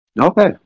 Okay